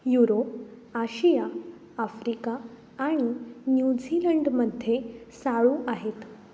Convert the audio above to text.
Europe आशिया Africa आणि न्यूझीलंडमध्ये साळू आहेत